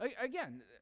Again